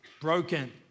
broken